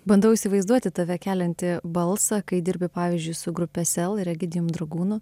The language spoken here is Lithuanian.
bandau įsivaizduoti tave keliantį balsą kai dirbi pavyzdžiui su grupe sel ir egidijum dragūnu